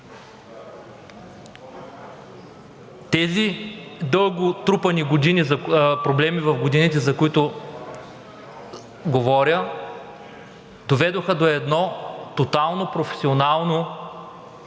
Тези дълго трупани проблеми в годините, за които говоря, доведоха до едно тотално, професионално